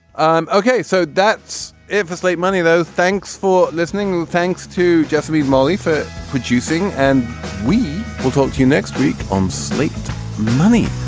um ok so that's if for slate money though. thanks for listening. well thanks to just leave molly for producing and we will talk to you next week on sleep. the money